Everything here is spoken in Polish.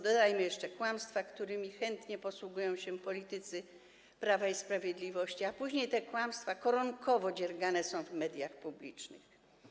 Dodajmy jeszcze kłamstwa, którymi chętnie posługują się politycy Prawa i Sprawiedliwości, a później te kłamstwa koronkowo dziergane są w mediach publicznych.